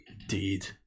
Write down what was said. indeed